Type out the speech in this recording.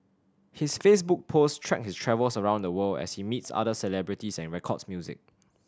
his Facebook posts track his travels around the world as he meets other celebrities and records music